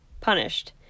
punished